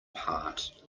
part